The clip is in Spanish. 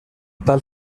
tal